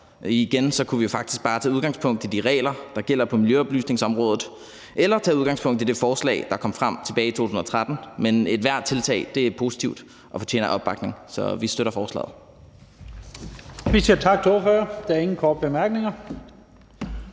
Igen kunne vi faktisk bare tage udgangspunkt i de regler, der gælder på miljøoplysningsområdet, eller tage udgangspunkt i det forslag, der kom frem tilbage i 2013. Men ethvert tiltag er positivt og fortjener opbakning, så vi støtter forslaget.